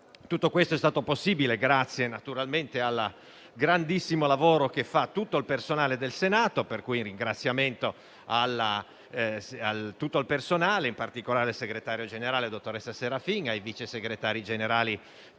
Tutto questo è stato possibile grazie, naturalmente, al grandissimo lavoro del personale del Senato, per cui un ringraziamento va al tutto il personale, in particolare al Segretario generale, dottoressa Serafin, e ai vice segretari generali